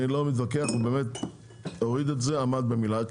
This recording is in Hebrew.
אני לא מתווכח, הוא באמת הוריד את זה, עמד במילה.